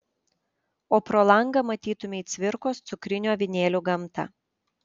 o pro langą matytumei cvirkos cukrinių avinėlių gamtą